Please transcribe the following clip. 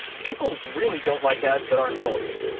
people really don't like ads that aren't relevant.